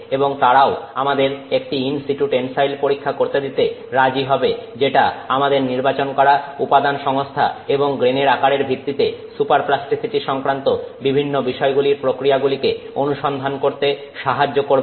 এবং তারাও আমাদের একটি ইন সিটু টেনসাইল পরীক্ষা করতে দিতে রাজি হবে যেটা আমাদের নির্বাচন করা উপাদান সংস্থা এবং গ্রেনের আকারের ভিত্তিতে সুপার প্লাস্টিসিটি সংক্রান্ত বিষয়গুলির প্রক্রিয়াগুলিকে অনুসন্ধান করতে সাহায্য করবে